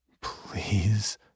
Please